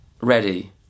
ready